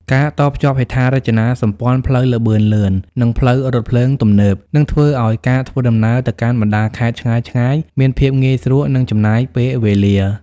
ការតភ្ជាប់ហេដ្ឋារចនាសម្ព័ន្ធផ្លូវល្បឿនលឿន និងផ្លូវរថភ្លើងទំនើប នឹងធ្វើឱ្យការធ្វើដំណើរទៅកាន់បណ្តាខេត្តឆ្ងាយៗមានភាពងាយស្រួល និងចំណេញពេលវេលា។